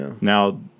Now